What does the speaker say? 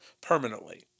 permanently